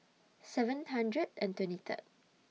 seven hundred and twenty Third